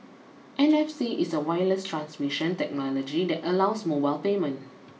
N F C is a wireless transmission technology that allows mobile payment